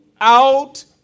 out